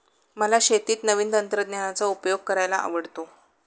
मला शेतीत नवीन तंत्रज्ञानाचा उपयोग करायला आवडतो